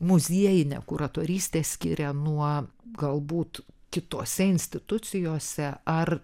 muziejinę kuratoristę skiria nuo galbūt kitose institucijose ar